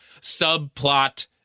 subplot